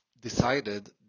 decided